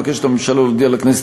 מבקשת הממשלה להודיע לכנסת,